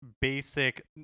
basic